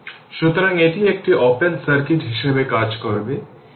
সুতরাং এটি একটি ওপেন সার্কিট হিসাবে কাজ করবে